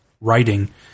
writing